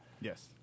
Yes